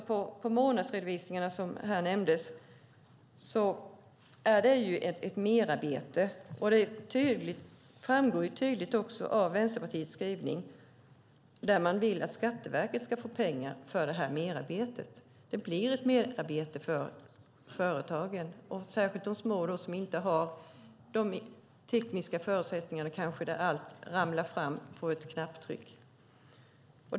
Månadsredovisningarna som nämndes här innebär ett merarbete, och det framgår tydligt av Vänsterpartiets skrivning att man vill att Skatteverket ska få pengar för detta merarbete. Det blir ett merarbete för företagen, särskilt för de små som kanske inte har de tekniska förutsättningarna som gör att allt ramlar fram genom ett knapptryck.